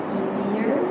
easier